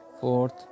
fourth